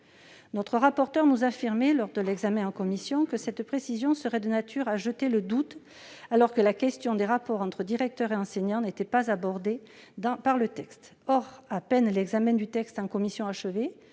Notre rapporteur nous a affirmé, lors de l'examen en commission, que cette précision serait de nature à jeter le doute, alors que la question des rapports entre directeurs et enseignants n'était pas abordée dans le texte. Or, à peine l'examen du texte en commission achevé,